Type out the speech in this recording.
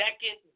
second